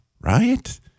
Right